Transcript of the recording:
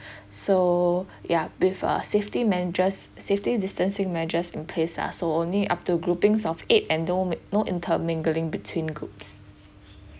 so ya with a safety measures safety distancing measures in place lah so only up to grouping of eight and no no intermingling between groups